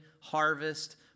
harvest